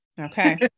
Okay